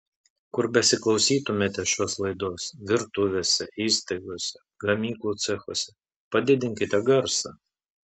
kur besiklausytumėte šios laidos virtuvėse įstaigose gamyklų cechuose padidinkite garsą